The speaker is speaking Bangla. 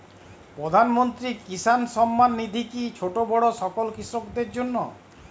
প্রধানমন্ত্রী কিষান সম্মান নিধি কি ছোটো বড়ো সকল কৃষকের জন্য?